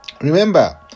Remember